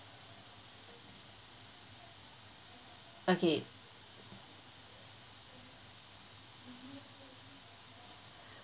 okay